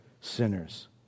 sinners